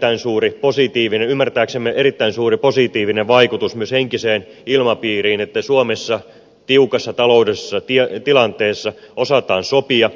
tällä on ymmärtääksemme erittäin suuri positiivinen vaikutus myös henkiseen ilmapiiriin että suomessa tiukassa taloudellisessa tilanteessa osataan sopia